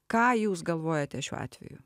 ką jūs galvojate šiuo atveju